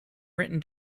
written